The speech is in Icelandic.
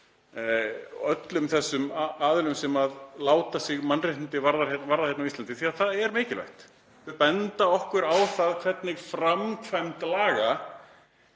öllum þessum aðilum sem láta sig mannréttindi varða hérna á Íslandi, því að það er mikilvægt. Þau benda okkur á það hvernig framkvæmd laga